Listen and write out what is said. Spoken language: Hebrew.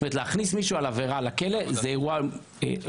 זאת אומרת שלהכניס מישהו על עבירה לכלא זה אירוע מורכב.